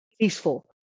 peaceful